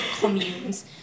communes